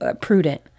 prudent